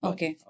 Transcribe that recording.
Okay